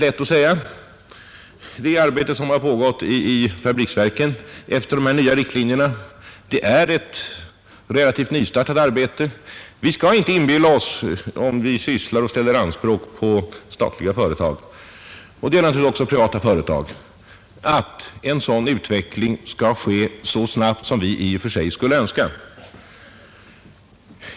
Men det arbete som har pågått i fabriksverken efter dessa nya riktlinjer är relativt nystartat. Vi skall inte inbilla oss — och det gäller oberoende av om vi ställer anspråk på statliga företag eller på privata — att en sådan utveckling skall kunna ske så snabbt som vi i och för sig skulle önska.